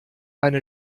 eine